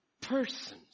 persons